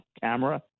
camera